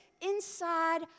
inside